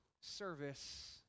service